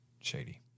shady